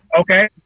Okay